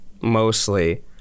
mostly